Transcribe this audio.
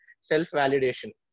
self-validation